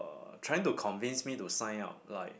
uh trying to convince me to sign up like